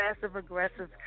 passive-aggressive